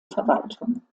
verwaltung